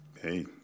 hey